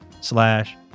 slash